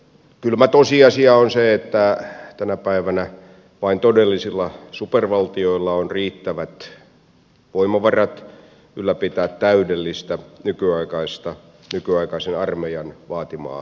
kylmä tosiasia on se että tänä päivänä vain todellisilla supervaltioilla on riittävät voimavarat ylläpitää täydellistä nykyaikaista nykyaikaisen armeijan vaatimaa aseistusta